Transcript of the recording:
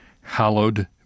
hallowed